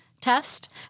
test